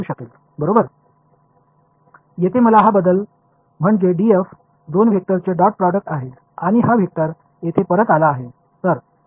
எனவே எனக்கு கிடைத்திருக்கும் இந்த மாற்றம் df என்பது இரண்டு வெக்டர்களுக்கு இடையேயான டாட் ப்ராடக்ட் மற்றும் இந்த வெக்டர் என்பது மீண்டும் அந்த கால நேரத்திற்குள் தோன்றும் ஒன்று